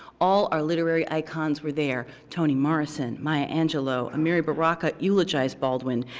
all our literary icons were there, toni morrison, maya angelou. amiri baraka, eulogized baldwin,